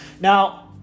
Now